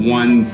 one